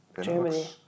Germany